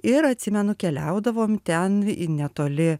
ir atsimenu keliaudavom ten netoli